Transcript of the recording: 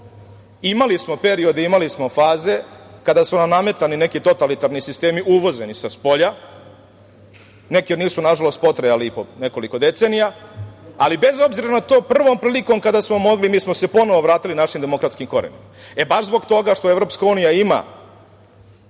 Imali smo periode, imali smo faze kada su nam nametani neki totalitarni sistemi uvoženi sa spolja. Neki od njih su nažalost i potrajali i po nekoliko decenija, ali bez obzira na to, prvom prilikom, kada smo mogli mi smo se ponovo vratili našim demokratskim korenima. Baš zbog toga što EU ima